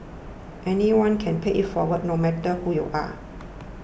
anyone can pay it forward no matter who you are